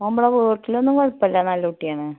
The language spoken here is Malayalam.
ഓൻ മ്പളെ വീട്ടിലൊന്നും കുഴപ്പമില്ല നല്ല കുട്ടിയാണ്